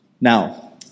Now